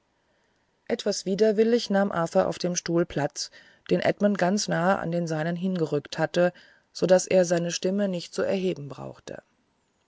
etwas widerwillig nahm arthur auf dem stuhl platz den edmund ganz nahe an den seinen hingerückt hatte so daß er seine stimme nicht zu erheben brauchte